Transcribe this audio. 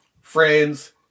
friends